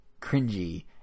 cringy